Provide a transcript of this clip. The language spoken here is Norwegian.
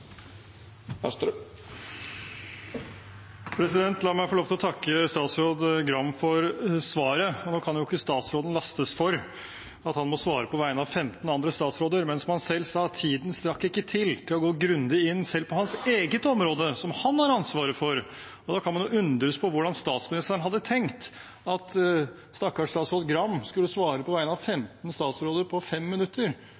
La meg få lov til å takke statsråd Gram for svaret. Statsråden kan jo ikke lastes for at han må svare på vegne av 15 andre statsråder, men som han selv sa: Tiden strakk ikke til til å gå grundig inn selv på hans eget område, som han har ansvaret for. Da kan man jo undres over hvordan statsministeren hadde tenkt at stakkars statsråd Gram skulle svare på vegne av